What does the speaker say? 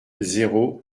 zéro